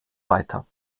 weiter